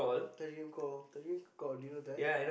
Telegram call Telegram call do you know that